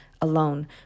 alone